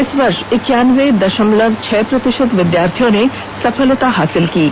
इस वर्ष इक्यानबे दशमलव छह प्रतिशत विद्यार्थियों ने सफलता प्राप्त की है